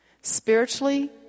Spiritually